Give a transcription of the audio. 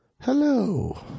Hello